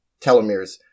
telomeres